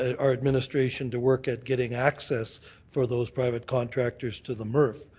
ah our administration to work at getting access for those private contractors to the mrf.